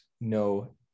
no